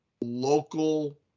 local